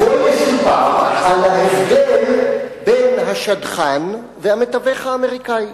ובו יסופר על ההבדל בין השדכן והמתווך האמריקני.